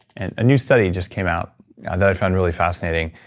and a new study just came out that i find really fascinating.